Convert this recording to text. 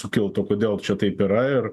sukilt o kodėl čia taip yra ir